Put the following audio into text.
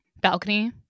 balcony